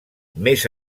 més